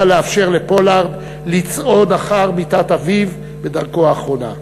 לאפשר לפולארד לצעוד אחר מיטת אביו בדרכו האחרונה.